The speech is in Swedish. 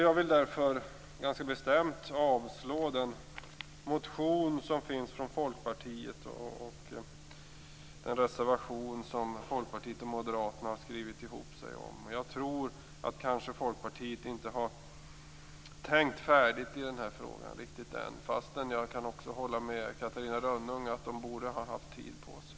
Jag vill därför ganska bestämt avslå den motion som finns från Folkpartiet och den reservation som Folkpartiet och Moderaterna har skrivit ihop sig om. Jag tror att Folkpartiet kanske inte har tänkt riktigt färdigt i den här frågan. Men jag kan också hålla med Catarina Rönnung om att de borde ha haft tid på sig.